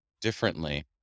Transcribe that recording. differently